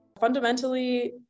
Fundamentally